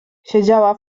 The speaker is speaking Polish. siedziała